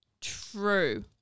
True